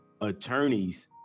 attorneys